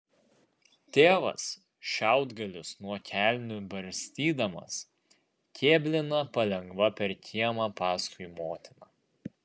tėvas šiaudgalius nuo kelnių barstydamas kėblina palengva per kiemą paskui motiną